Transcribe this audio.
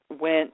went